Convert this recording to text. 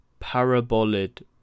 Paraboloid